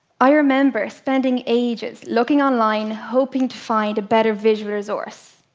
i remember spending ages looking online hoping to find a better visual resource,